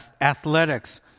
Athletics